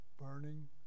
burning